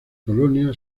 colonia